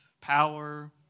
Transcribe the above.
power